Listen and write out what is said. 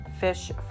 Fish